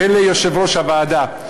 וליושב-ראש הוועדה,